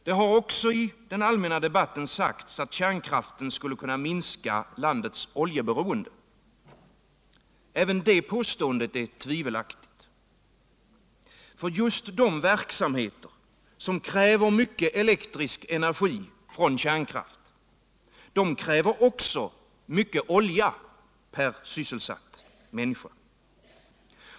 Det har också i den allmänna debatten sagts utt kärnkraften skulle kunna minska landets oljeberoende. Även det påståendet ir tvivelaktigt. för just de verksamheter som kräver mycket elektrisk energi från kärnkratt kräver också mycket olja per sysselsatt människa.